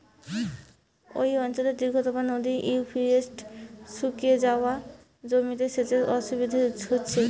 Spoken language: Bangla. এই অঞ্চলের দীর্ঘতম নদী ইউফ্রেটিস শুকিয়ে যাওয়ায় জমিতে সেচের অসুবিধে হচ্ছে